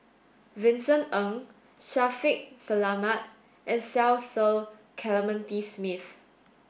Vincent Ng Shaffiq Selamat and Cecil Clementi Smith